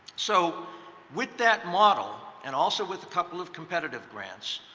so with that model, and also with a couple of competitive grants,